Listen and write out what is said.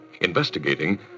Investigating